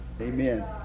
Amen